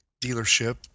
dealership